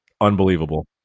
unbelievable